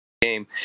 game